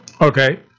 Okay